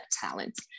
talent